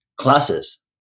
classes